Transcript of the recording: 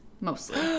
mostly